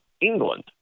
England